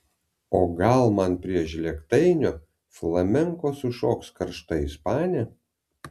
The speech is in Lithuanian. o gal man prie žlėgtainio flamenko sušoks karšta ispanė